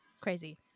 crazy